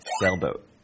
sailboat